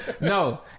No